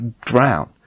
drown